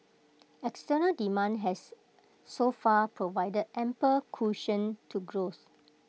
external demand has so far provided ample cushion to growth